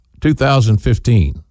2015